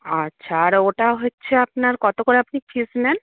আচ্ছা আর ওটা হচ্ছে আপনার কত করে আপনি ফিজ নেন